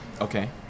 Okay